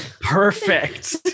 Perfect